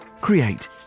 create